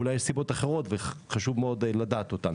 אולי יש סיבות אחרות שחשוב מאוד לדעת אותן.